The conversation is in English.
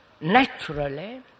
naturally